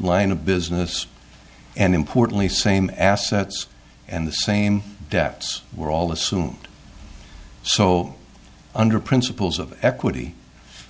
line a business and importantly same assets and the same debts were all assumed so under principles of equity